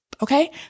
Okay